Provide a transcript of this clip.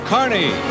Carney